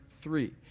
three